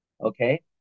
Okay